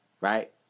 right